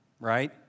right